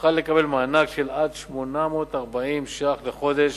תוכל לקבל מענק עד 840 שקל לחודש,